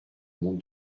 mont